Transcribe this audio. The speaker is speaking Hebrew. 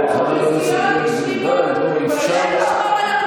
אוכלוסיות שלמות מודרות, בגללך,